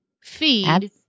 feed